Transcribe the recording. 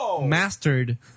mastered